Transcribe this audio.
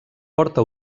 porta